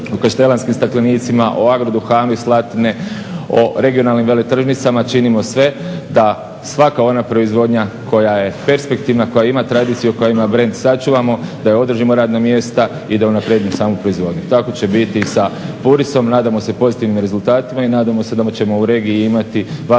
o Kaštelanskim staklenicima, o Agroduhanu iz Slatine, o Regionalnim veletržnicama činimo sve da svaka ona proizvodnja koja je perspektivna koja ima tradiciju, koja ima brend sačuvamo da održimo radna mjesta i da unaprijedimo samu proizvodnju. Tako će biti i sa Purisom, nadamo se pozitivnim rezultatima i nadamo se da ćemo u regiji imati važne